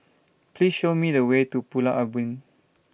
Please Show Me The Way to Pulau Ubin